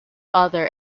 other